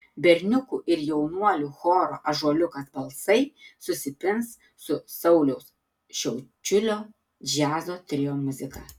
berniukų ir jaunuolių choro ąžuoliukas balsai susipins su sauliaus šiaučiulio džiazo trio muzika